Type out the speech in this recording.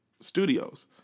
studios